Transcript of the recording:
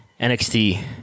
NXT